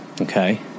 okay